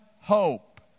hope